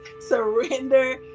Surrender